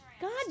God